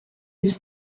his